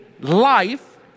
life